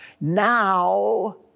now